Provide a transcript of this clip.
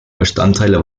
bestandteile